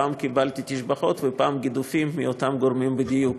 פעם קיבלתי תשבחות ופעם גידופים מאותם גורמים בדיוק.